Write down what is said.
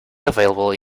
available